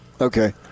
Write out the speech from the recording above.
Okay